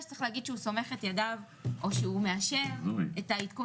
צריך להגיד שהוא סומך את ידיו או שהוא מאשר את העדכון